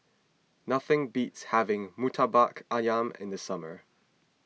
nothing beats having Murtabak Ayam in the summer